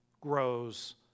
grows